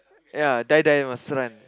ya die die must run